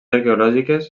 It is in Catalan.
arqueològiques